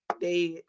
Dead